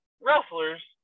wrestlers